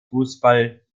fußball